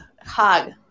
hug